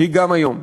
היא גם היום.